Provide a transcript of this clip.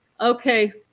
Okay